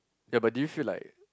yea but did you feel like